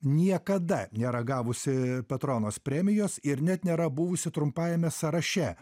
niekada nėra gavusi petronos premijos ir net nėra buvusi trumpajame sąraše